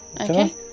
okay